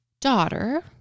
daughter